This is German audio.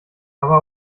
aber